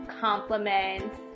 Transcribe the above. compliments